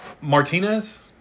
Martinez